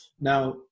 Now